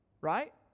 Right